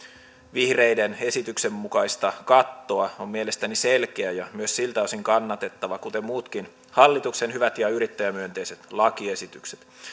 vihreiden esityksen mukaista kattoa on mielestäni selkeä ja myös siltä osin kannatettava kuten muutkin hallituksen hyvät ja yrittäjämyönteiset lakiesitykset